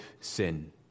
sin